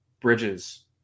Bridges